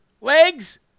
legs